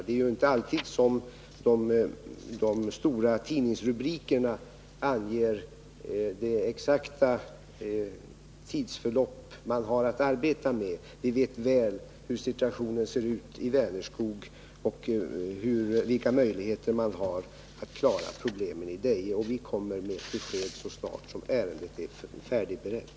Det är ju inte alltid som de stora tidningsrubrikerna anger de exakta tidsförlopp som man har att arbeta med. Vi vet väl hur situationen ser ut i Vänerskog och vilka möjligheter man har att klara problemen i Deje. Vi kommer med ett besked så snart som ärendet är färdigberett.